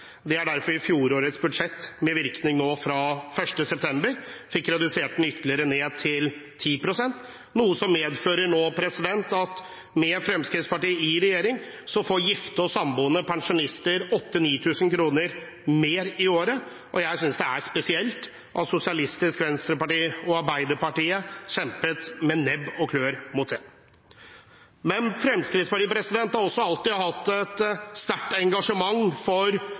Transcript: Derfor fikk vi i fjorårets budsjett, med virkning fra 1. september, redusert den ytterligere til 10 pst., noe som medfører at med Fremskrittspartiet i regjering får gifte og samboende pensjonister 8 000–9 000 kr mer i året. Jeg synes det er spesielt at Sosialistisk Venstreparti og Arbeiderpartiet kjempet med nebb og klør mot det. Men Fremskrittspartiet har også alltid hatt et sterkt engasjement for